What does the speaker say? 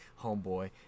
homeboy